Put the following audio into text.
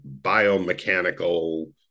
biomechanical